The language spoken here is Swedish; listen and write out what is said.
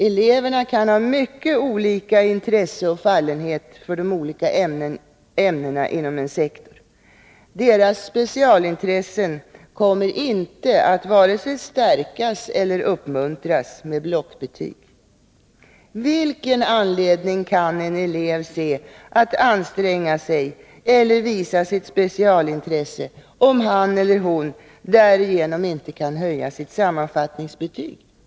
Eleverna kan ha mycket olika intresse och fallenhet för de olika ämnena inom en sektor. Deras specialintressen kommer inte att vare sig stärkas eller uppmuntras med blockbetyg. Vilken anledning kan en elev se att anstränga sig eller visa sitt specialintresse om han eller hon därigenom inte kan höja sitt sammanfattningsbetyg.